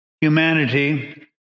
humanity